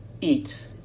eat